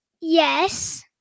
Yes